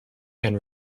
and